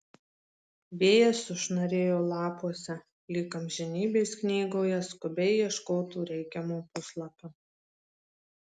vėjas sušnarėjo lapuose lyg amžinybės knygoje skubiai ieškotų reikiamo puslapio